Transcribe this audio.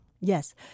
yes